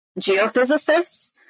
geophysicists